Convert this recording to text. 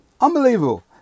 Unbelievable